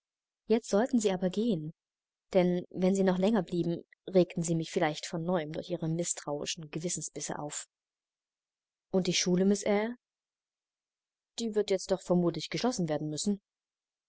jetzt sollten sie aber gehen denn wenn sie noch länger blieben regten sie mich vielleicht von neuem durch ihre mißtrauischen gewissensbisse auf und die schule miß eyre die wird jetzt doch vermutlich geschlossen werden müssen